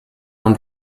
und